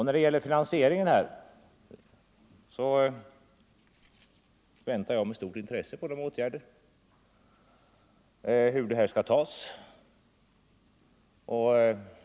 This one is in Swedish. När det gäller finansieringen väntar jag med stort intresse på besked om vilka åtgärder som skall vidtas.